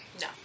No